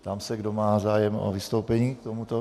Ptám se, kdo má zájem o vystoupení k tomuto.